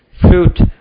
fruit